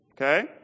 Okay